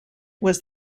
was